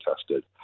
tested